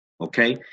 okay